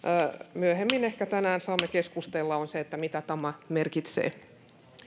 myöhemmin tänään saamme keskustella on se mitä tämä merkitsee